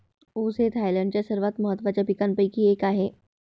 ऊस हे थायलंडच्या सर्वात महत्त्वाच्या पिकांपैकी एक आहे